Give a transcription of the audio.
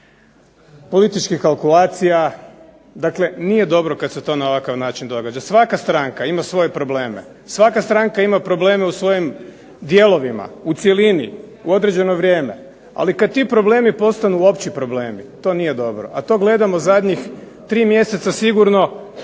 političkih kalkulacija. Dakle, nije dobro kad se to na ovakav način događa. Svaka stranka ima svoje probleme, svaka stranka ima probleme u svojim dijelovima, u cjelini, u određeno vrijeme. Ali kad ti problemi postanu opći problemi to nije dobro, a to gledamo zadnjih tri mjeseca sigurno,